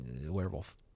werewolf